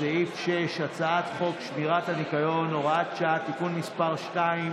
סעיף 6 הצעת חוק שמירת הניקיון (הוראת שעה) (תיקון מס' 2),